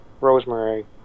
Rosemary